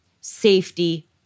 safety